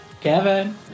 Kevin